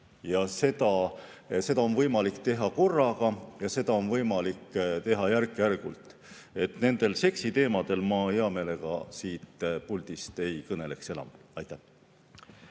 Seda on võimalik teha korraga ja seda on võimalik teha järk-järgult. Nendel seksiteemadel ma hea meelega siit puldist ei kõneleks. Ma